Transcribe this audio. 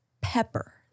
pepper